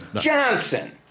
Johnson